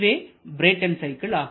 இதுவே Brayton cycle ஆகும்